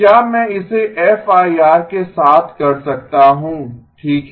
क्या मैं इसे एफआईआर के साथ कर सकता हूं ठीक है